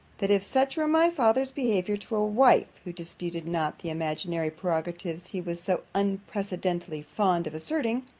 that if such were my father's behaviour to a wife, who disputed not the imaginary prerogatives he was so unprecedently fond of asserting,